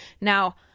Now